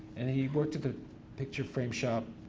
and he worked at the picture frame shop